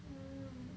mm